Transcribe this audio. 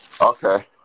Okay